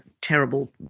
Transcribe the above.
terrible